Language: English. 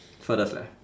furthest left